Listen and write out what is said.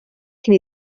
cyn